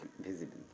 visible